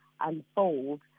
unfold